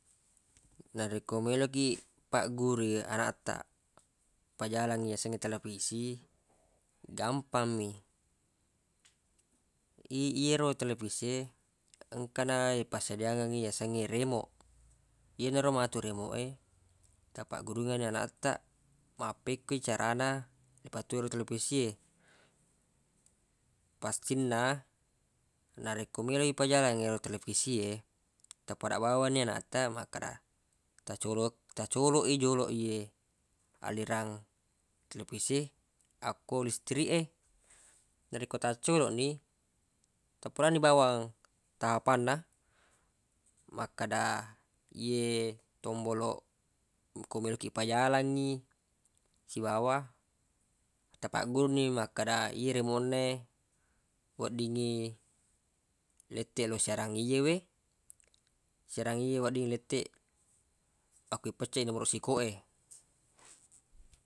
Narekko meloq kiq pagguru anaq taq pajalang yasengnge telepisi gampammi yero telepisi e engka na ye passediangengngi yasengnge remoq yenaro matu remoq e tapaggurungngi anaq taq mappekkoi carana le patuwo ero telepisi e pastinna narekko melo le pajalang ero telepisi e tapadang bawanni anaq taq makkada tacoloq- tacoloq i joloq ye alirang telepisi e akko listrik e narekko taccoloq ni ta pedanni bawang tahapanna makkada ye tomboloq ku meloq kiq payalangngi sibawa tapagguruni makkada ye remoq na e weddingngi letteq lo siarangi yewe siarang ye wedding letteq akko ipecceq nomoroq sikowe.